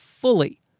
fully